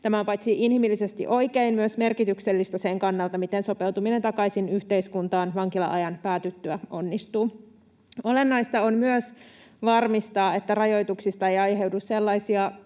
Tämä on paitsi inhimillisesti oikein myös merkityksellistä sen kannalta, miten sopeutuminen takaisin yhteiskuntaan vankila-ajan päätyttyä onnistuu. Olennaista on myös varmistaa, että rajoituksista ei aiheudu sellaisia